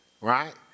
right